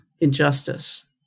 injustice